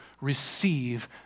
receive